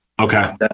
Okay